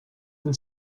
and